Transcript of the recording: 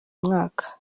mwaka